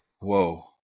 Whoa